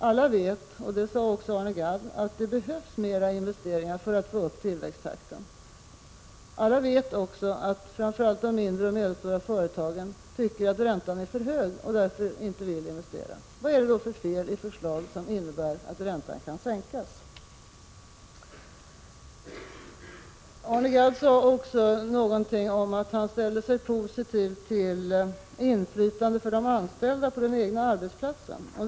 Alla vet — det sade också Arne Gadd — att det behövs mer investeringar för att få upp tillväxttakten. Alla vet också att framför allt de mindre och medelstora företagen tycker att räntan är för hög och därför inte vill investera. Vad är det då för fel i förslag som innebär att räntan kan sänkas? Arne Gadd sade också någonting om att han ställer sig positiv till inflytande på den egna arbetsplatsen för de anställda.